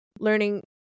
Learning